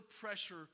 pressure